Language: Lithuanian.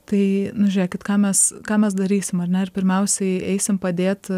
tai nu žiūrėkit ką mes ką mes darysim ar ne ar pirmiausiai eisim padėt